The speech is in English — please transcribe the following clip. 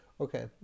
Okay